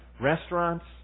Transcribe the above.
restaurants